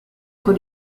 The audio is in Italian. con